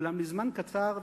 אולם לזמן קצר,